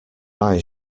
eyes